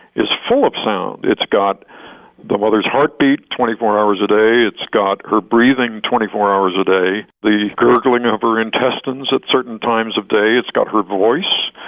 is full of sound, it's got the mother's heartbeat twenty four hours a day, it's got her breathing twenty four hours a day, the gurgling of her intestines at certain times of day, it's got her voice,